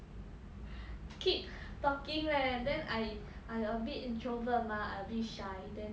keep talking leh then I I a bit introvert mah I a bit shy then